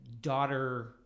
daughter